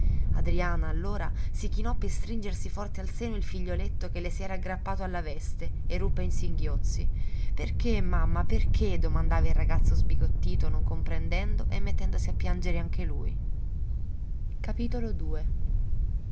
adriana allora si chinò per stringersi forte al seno il figlioletto che le si era aggrappato alla veste e ruppe in singhiozzi perché mamma perché domandava il ragazzo sbigottito non comprendendo e mettendosi a piangere anche lui a